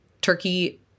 Turkey